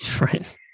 Right